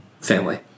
family